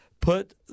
Put